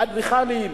אדריכלים,